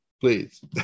please